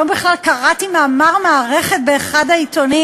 היום בכלל קראתי מאמר מערכת באחד העיתונים,